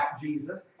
Jesus